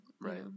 Right